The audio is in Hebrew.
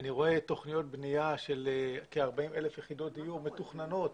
אני רואה תוכניות בנייה של כ-40,000 יחידות דיור מתוכננות